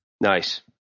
Nice